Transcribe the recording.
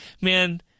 man